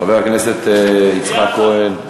חבר הכנסת יצחק כהן,